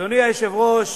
אדוני היושב-ראש.